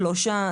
שלושה,